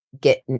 get